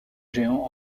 géant